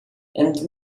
and